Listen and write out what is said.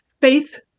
faith